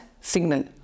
signal